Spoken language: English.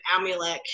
Amulek